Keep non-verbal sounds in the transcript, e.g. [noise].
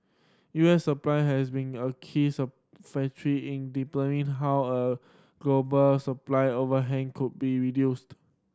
U S supply has been a keys of factory in [unintelligible] how a global supply overhang could be reduced